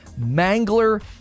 mangler